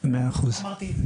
מהרבה מאוד